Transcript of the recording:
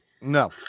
No